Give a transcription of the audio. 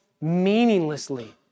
meaninglessly